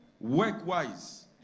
Work-wise